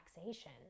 relaxation